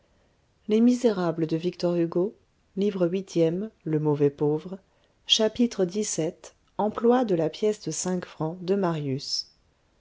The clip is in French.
pauvre chapitre xvii emploi de la pièce de cinq francs de marius